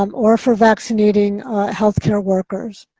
um or for vaccinating healthcare workers.